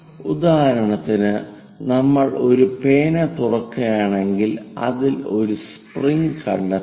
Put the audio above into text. ഉദാഹരണത്തിന് നമ്മൾ ഒരു പേന തുറക്കുകയാണെങ്കിൽ അതിൽ ഒരു സ്പ്രിംഗ് കണ്ടെത്താം